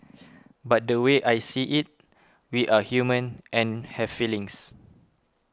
but the way I see it we are human and have feelings